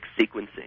sequencing